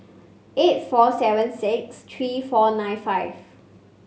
eight four seven six three four nine five